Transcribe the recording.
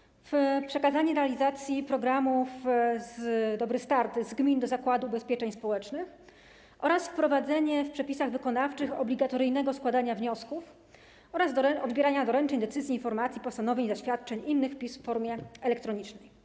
- przekazanie realizacji programu „Dobry start” z gmin do Zakładu Ubezpieczeń Społecznych oraz wprowadzenie w przepisach wykonawczych obligatoryjnego składania wniosków oraz odbierania doręczeń decyzji, informacji, postanowień, zaświadczeń i innych pism w formie elektronicznej.